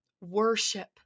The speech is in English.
Worship